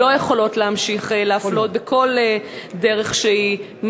לא יכולות להמשיך להפלות בכל דרך שהיא,